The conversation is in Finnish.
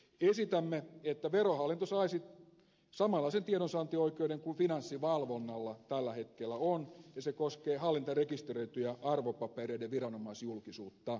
esitämme että verohallinto saisi samanlaisen tiedonsaantioikeuden kuin finanssivalvonnalla tällä hetkellä on ja se koskee hallintarekisteröityjen arvopapereiden viranomaisjulkisuutta